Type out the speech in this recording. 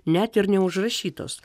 net ir neužrašytos